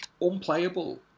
unplayable